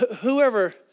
whoever